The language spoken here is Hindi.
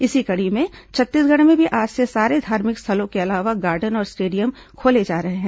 इसी कड़ी में छत्तीसगढ़ में भी आज से सारे धार्मिक स्थलों के अलावा गार्डन और स्टेडियम खोले जा रहे हैं